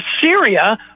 Syria